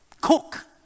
cook